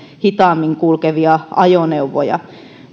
hitaammin kulkevia ajoneuvoja